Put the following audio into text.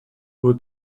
were